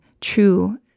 true